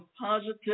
positive